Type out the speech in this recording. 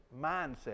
mindset